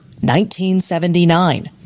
1979